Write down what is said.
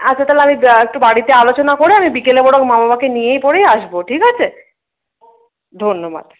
আচ্ছা তাহলে আমি একটু বাড়িতে আলোচনা করে আমি বিকেলে বরং মা বাবাকে নিয়ে পরে আসবো ঠিক আছে ধন্যবাদ